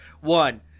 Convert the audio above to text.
One